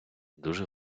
дуже